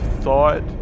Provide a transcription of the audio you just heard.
thought